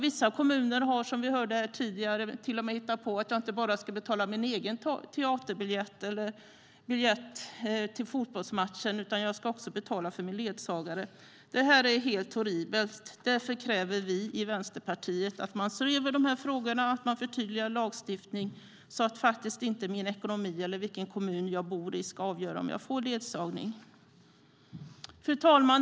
Vissa kommuner har, som vi hörde här tidigare, till och med hittat på att jag inte bara ska betala min egen biljett till teatern eller fotbollsmatchen, utan jag ska också betala för min ledsagare. Det här är helt horribelt. Därför kräver vi i Vänsterpartiet att man ser över de här frågorna och att man förtydligar lagstiftningen så att min ekonomi eller vilken kommun jag bor i inte ska avgöra om jag får ledsagning eller inte. Fru talman!